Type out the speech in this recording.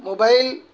mobile